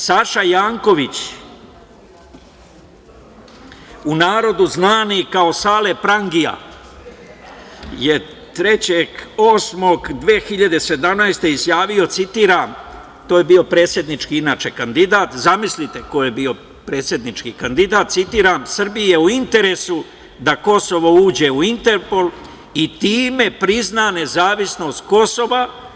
Saša Janković, u narodu znani kao „Sale prangija“, je 3.08.2017. godine izjavio, citiram, to je bio predsednički kandidat, zamislite ko je bio predsednički kandidat, citiram: „Srbiji je u interesu da Kosovo uđe u Interpol i time prizna nezavisnost Kosova“